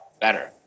better